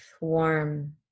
warm